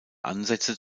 ansätze